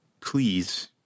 please